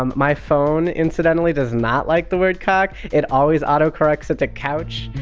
um my phone incidentally does not like the word! cock. it always autocorrects to! couch.